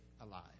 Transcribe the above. alive